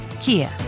Kia